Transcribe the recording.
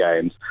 games